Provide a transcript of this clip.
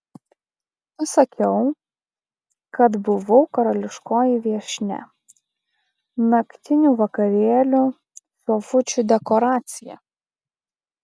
pasakiau kad buvau karališkoji viešnia naktinių vakarėlių sofučių dekoracija